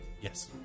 Yes